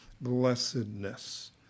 blessedness